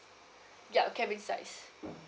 yup cabin size